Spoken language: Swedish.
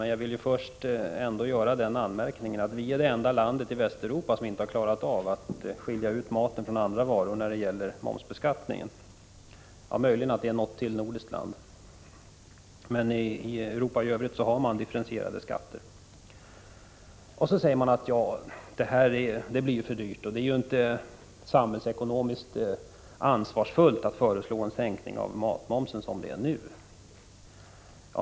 Men låt mig först ändå göra den anmärkningen, att Sverige är det enda land i Västeuropa som inte klarat av att skilja ut maten från andra varor när det gäller momsen. Möjligen är det ytterligare något nordiskt land som inte gjort detta, men i Europa i övrigt har man differentierade skatter. Nu sägs det att en sådan här differentiering blir för dyr och att det inte är samhällsekonomiskt ansvarsfullt att föreslå en sänkning av matmomsen i dagens läge.